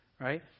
right